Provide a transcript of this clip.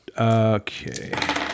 Okay